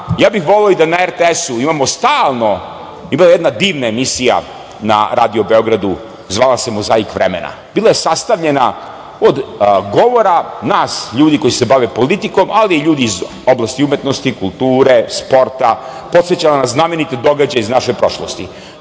ja bih voleo i da na RTS-u imamo stalno, ima jedna divna emisija na Radio Beogradu, zvala se "Mozaik vremena", bila je sastavljena od govora nas ljudi koji se bave politikom, ali i ljudi iz oblasti umetnosti, kulture, sporta, podseća nas na znamenite događaje iz naše prošlosti. Bilo